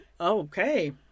Okay